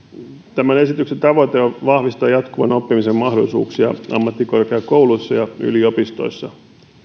tämän esityksen tavoite on vahvistaa jatkuvan oppimisen mahdollisuuksia ammattikorkeakouluissa ja yliopistoissa ja